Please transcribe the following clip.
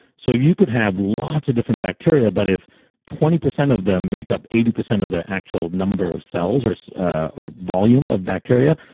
so you could have lots of different bacteria but if twenty percent of them make up eighty percent of the actual number of cells or so or volume of bacteria,